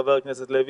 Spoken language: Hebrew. חבר הכנסת לוי,